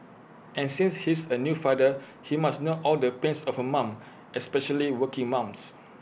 and since he's A new father he must know all the pains of A mum especially working mums